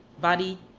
body,